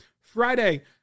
Friday